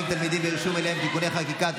תלמידים ברישום אליהם (תיקוני חקיקה),